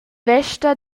vesta